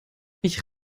ich